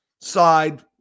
side